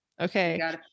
Okay